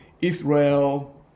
Israel